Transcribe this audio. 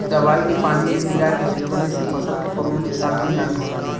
दवाई के पानी में मिला के छिड़कले से फसल के कवनो नुकसान भी नाहीं होला